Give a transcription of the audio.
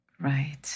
Right